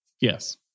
Yes